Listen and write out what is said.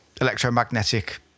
electromagnetic